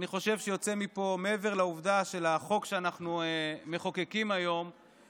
אני חושב שמעבר לעובדה שאנחנו מחוקקים היום את החוק,